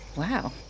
Wow